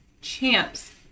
champs